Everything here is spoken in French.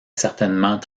certainement